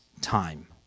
time